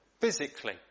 physically